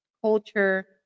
culture